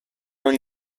non